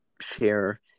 share